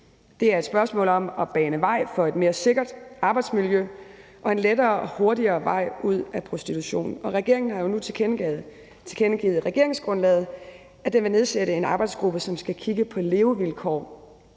Det et spørgsmål om at bane vej for et mere sikkert arbejdsmiljø og en lettere og hurtigere vej ud af prostitution. Regeringen har jo nu tilkendegivet i regeringsgrundlaget, at den vil nedsætte en arbejdsgruppe, som skal kigge på levevilkår,